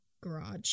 garage